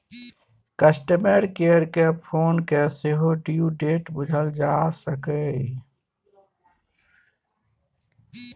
customer care केँ phone कए सेहो ड्यु डेट बुझल जा सकैए